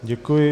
Děkuji.